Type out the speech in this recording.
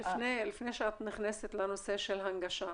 לפני שאת נכנסת לנושא של הנגשה,